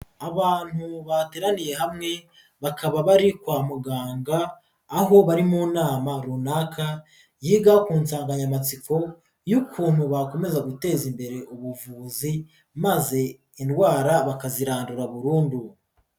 Abantu bateraniye hamwe bakaba bari kwa muganga aho bari mu nama runaka yiga ku nsanganyamatsiko y'ukuntu bakomeza guteza imbere ubuvuzi maze indwara bakazirandura burundu.